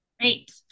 Great